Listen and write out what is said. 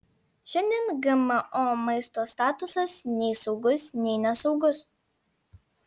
šiandien gmo maisto statusas nei saugus nei nesaugus